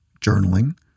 journaling